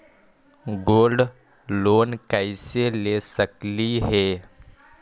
Gold loan कैसे ले सकली हे?